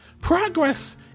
progress